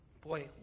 boy